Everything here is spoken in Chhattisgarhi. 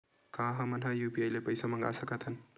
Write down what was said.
का हमन ह यू.पी.आई ले पईसा मंगा सकत हन?